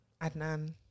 Adnan